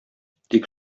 тик